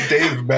Dave